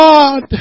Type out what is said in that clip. God